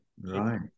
right